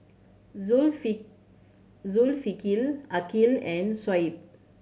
Zulkifli Aqil and Shoaib